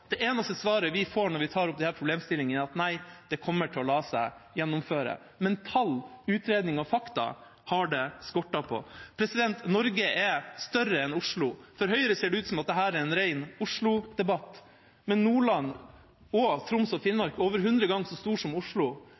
Det eneste svaret vi får når vi tar opp disse problemstillingene, er at det kommer til å la seg gjennomføre. Men tall, utredninger og fakta har det skortet på. Norge er større enn Oslo. For Høyre ser det ut som at dette er en ren Oslo-debatt. Nordland og Troms og Finnmark er over hundre ganger så stort som Oslo,